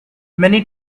many